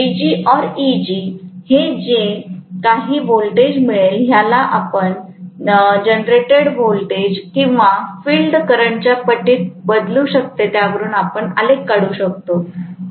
VG or EG हे जे काही व्होल्टेज मिळेल ह्याला आपण जनरेटेड व्होल्टेज कि जे फील्ड करंटच्या पटीत बदलू शकते त्यावरून आपण आलेख काढू शकतो